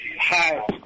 Hi